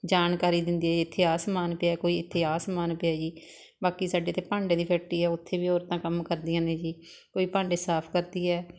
ਜਾਣਕਾਰੀ ਦਿੰਦੀ ਹੈ ਇੱਥੇ ਆਹ ਸਮਾਨ ਪਿਆ ਕੋਈ ਇੱਥੇ ਆਹ ਸਾਮਾਨ ਪਿਆ ਜੀ ਬਾਕੀ ਸਾਡੇ ਇੱਥੇ ਭਾਂਡੇ ਦੀ ਫੈਕਟਰੀ ਹੈ ਉੱਥੇ ਵੀ ਔਰਤਾਂ ਕੰਮ ਕਰਦੀਆਂ ਨੇ ਜੀ ਕੋਈ ਭਾਂਡੇ ਸਾਫ਼ ਕਰਦੀ ਹੈ